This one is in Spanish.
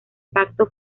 pacto